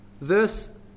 Verse